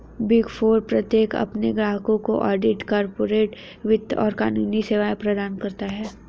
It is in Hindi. बिग फोर प्रत्येक अपने ग्राहकों को ऑडिट, कॉर्पोरेट वित्त और कानूनी सेवाएं प्रदान करता है